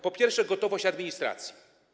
Po pierwsze, gotowość administracji.